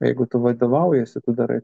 jeigu tu vadovaujiesi tu darai